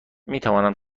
میتوانم